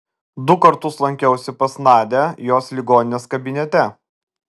du kartus lankiausi pas nadią jos ligoninės kabinete